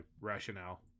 rationale